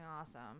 awesome